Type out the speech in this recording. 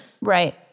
Right